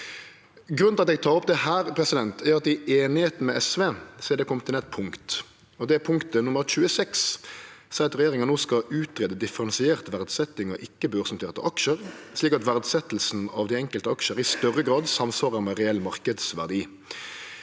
Grunnen til at eg tek opp dette, er at i einigheita med SV er det kome inn eit punkt, punkt XXV, som seier at regjeringa no skal «utrede differensiert verdsetting av ikke-børsnoterte aksjer (…), og slik at verdsettelsen av de enkelte aksjer i større grad samsvarer med reell markedsverdi».